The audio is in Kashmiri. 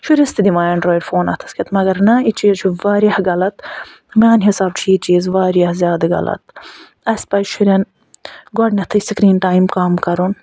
شُرِس تہِ دِوان اٮ۪نڈرِیوڈ فون اَتھس کھٮ۪تھ مَگر نہ یہِ چیٖز چھُ واریاہ غلط میٲنۍ حِساب چھُ یہِ چیٖز واریاہ زیادٕ غلط اَسہِ پَزِ شُرٮ۪ن گۄڈٕنٮ۪تھٕے سِکریٖن ٹایم کَم کَرُن